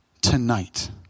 tonight